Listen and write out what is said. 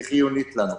היא חיונית לנו.